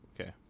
okay